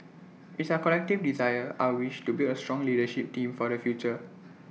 it's our collective desire our wish to build A strong leadership team for the future